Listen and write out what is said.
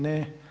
Ne.